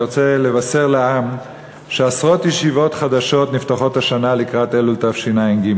אני רוצה לבשר לעם שעשרות ישיבות חדשות נפתחות השנה לקראת אלול תשע"ג,